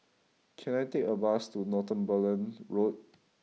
can I take a bus to Northumberland Road